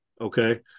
okay